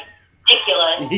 ridiculous